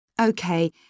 Okay